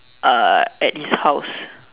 uh at his house